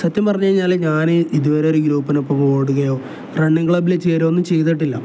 സത്യം പറഞ്ഞു കഴിഞ്ഞാൽ ഞാൻ ഇതുവരെ ഒരു ഗ്രൂപ്പിനൊപ്പം ഓടുകയോ റണ്ണിങ് ക്ലബിൽ ചേരുകയോ ഒന്നും ചെയ്തിട്ടില്ല